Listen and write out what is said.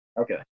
Okay